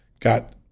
got